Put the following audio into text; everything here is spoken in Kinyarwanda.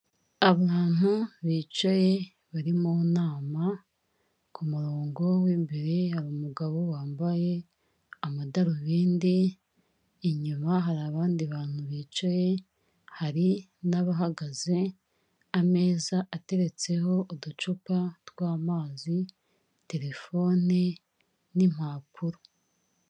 Abantu bicaye bari mu nama, ku murongo w'immbere hari umugabo wambaye amadarubindi, inyuma hari abandi bantu bicaye, hari n'abahagaze, ameza ateretseho uducupa tw'amazi, telefone n'impapuro.